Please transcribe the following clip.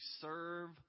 serve